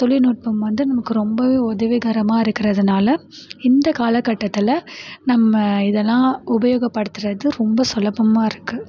தொழில்நுட்பம் வந்து நமக்கு ரொம்பவே உதவிகரமாக இருக்கிறதுனால இந்த காலகட்டத்தில நம்ம இதெல்லாம் உபயோகப்படுத்துகிறது ரொம்ப சுலபமாக இருக்குது